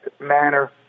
manner